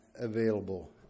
available